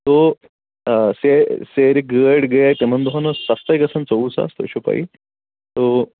تو سے سیرِ گٲڑۍ گٔیے تِمَن دۄہَن ٲس سَستَے گژھان ژۄوُہ ساس تۄہہِ چھو پَیی تو